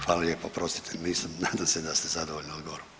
Hvala lijepo, oprostite nadam se da ste zadovoljni odgovorom.